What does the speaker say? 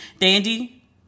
Dandy